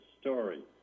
story